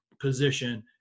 position